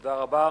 תודה רבה.